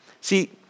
See